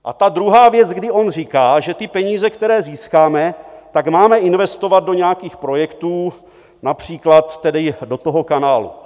A ta druhá věc, kdy on říká, že ty peníze, které získáme, tak máme investovat do nějakých projektů, například tedy do toho kanálu.